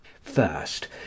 First